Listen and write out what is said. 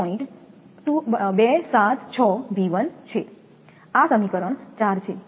276V1 છે આ સમીકરણ 4 છે